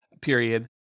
period